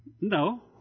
No